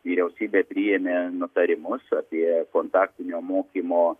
vyriausybė priėmė nutarimus apie kontaktinio mokymo